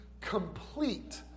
complete